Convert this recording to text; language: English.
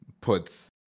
puts